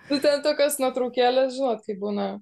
nu ten tokios nuotraukėlės žinot kai būna